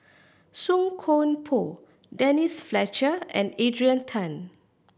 Song Koon Poh Denise Fletcher and Adrian Tan